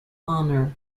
honor